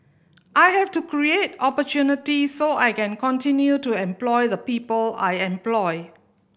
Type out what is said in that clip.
I have to create opportunity so I can continue to employ the people I employ